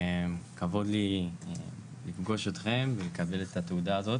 כבוד לי לפגוש אתכם, ולקבל את התעודה הזאת.